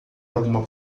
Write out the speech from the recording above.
alguma